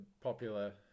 popular